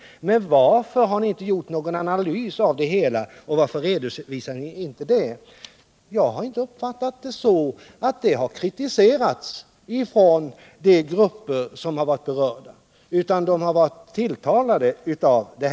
Ja, men varför har ni då inte gjort någon analvs och redovisat resultatet av den? Jag har inte uppfattat det så att systemet kritiserades av berörda grupper utan att de i stället har varit tilltalade av det.